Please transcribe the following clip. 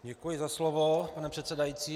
Děkuji za slovo, pane předsedající.